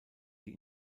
die